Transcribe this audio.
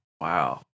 Wow